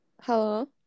Hello